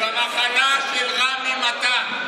במחלה של רמי מתן.